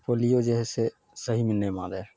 पालियो जे हइ से सहीमे नहि मारय हइ